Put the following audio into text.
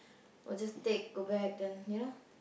or just take go back then you know